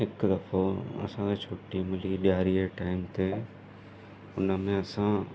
हिकु दफ़ो असांखे छुटी मिली ॾियारी जे टाइम ते हुन में असां